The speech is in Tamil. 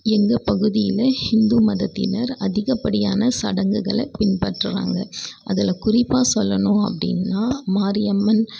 எங்கள் பகுதியில் ஹிந்து மதத்தினர் அதிகப்படியான சடங்குகளை பின்பற்றுகிறாங்க அதில் குறிப்பாக சொல்லணும் அப்படின்னா மாரியம்மன்